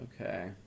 Okay